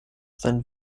sein